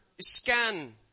Scan